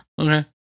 Okay